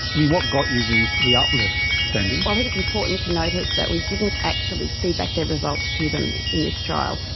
and what got you the the uplift, sandy? i think it's important to notice that we didn't actually feed back their results to them in this trial.